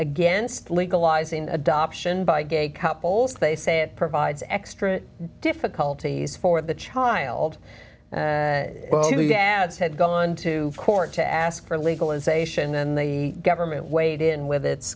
against legalizing adoption by gay couples they say it provides extra difficulties for the child has had gone to court to ask for legalization and the government weighed in with its